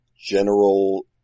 general